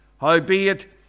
Howbeit